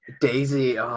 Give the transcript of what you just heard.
Daisy